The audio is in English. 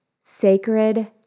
sacred